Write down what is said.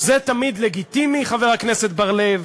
זה תמיד לגיטימי, חבר הכנסת בר-לב,